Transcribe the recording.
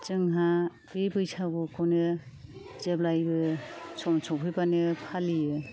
जोंहा बे बैसागुखौनो जेब्लायबो सम सफैब्लानो फालियो